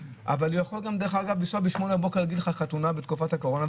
אבל יכול גם לנסוע ב-08:00 בבוקר ולהגיד לך חתונה בתקופת הקורונה,